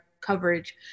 coverage